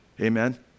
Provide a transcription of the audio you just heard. Amen